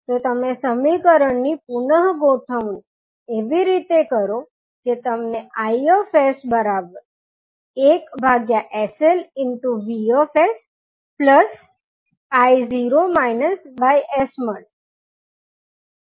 તો તમે સમીકરણની પુનગોઠવણી એવી રીતે કરો કે તમને Is1sLVsisમળે